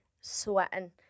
sweating